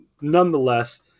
nonetheless